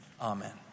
Amen